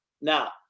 Now